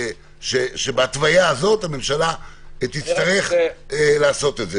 שבהתוויה הזאת הממשלה תצטרך לעשות את זה.